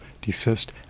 desist